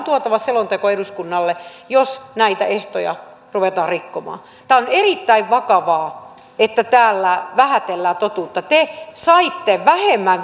tuotava selonteko eduskunnalle jos näitä ehtoja ruvetaan rikkomaan tämä on erittäin vakavaa että täällä vähätellään totuutta te saitte vähemmän